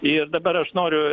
ir dabar aš noriu